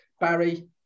Barry